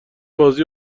بازی